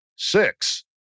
Six